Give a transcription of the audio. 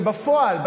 ובפועל,